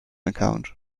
account